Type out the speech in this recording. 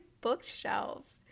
bookshelf